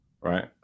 right